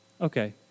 okay